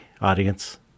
audience